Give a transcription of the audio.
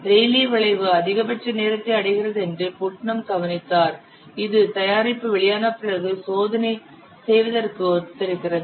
Rayleigh வளைவு அதிகபட்ச நேரத்தை அடைகிறது என்று புட்னம் கவனித்தார் இது தயாரிப்பு வெளியான பிறகு சோதனை செய்வதற்கு ஒத்திருக்கிறது